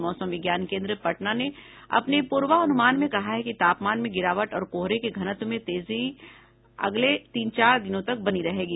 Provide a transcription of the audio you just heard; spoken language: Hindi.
मौसम विज्ञान केन्द्र पटना ने अपने पूर्वानुमान में कहा है कि तापमान में गिरावट और कोहरे के घनत्व में तेजी अगले तीन चार दिनों तक बनी रहेगी